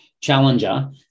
challenger